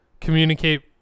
communicate